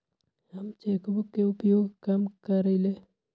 हम cheque book के उपयोग कम करइले